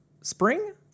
spring